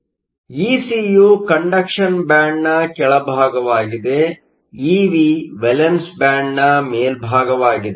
ಆದ್ದರಿಂದ ಇಸಿಯು ಕಂಡಕ್ಷನ್ ಬ್ಯಾಂಡ್ನ ಕೆಳಭಾಗವಾಗಿದೆ ಇವಿ ವೇಲೆನ್ಸ್ ಬ್ಯಾಂಡ್ನ ಮೇಲ್ಭಾಗವಾಗಿದೆ